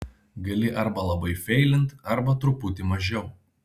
gali arba labai feilint arba truputį mažiau